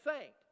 saint